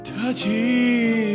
Touching